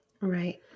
Right